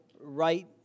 right